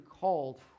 called